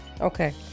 Okay